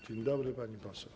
Dzień dobry, pani poseł.